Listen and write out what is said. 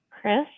Chris